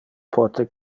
pote